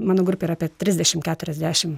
mano grupė yra apie trisdešim keturiasdešim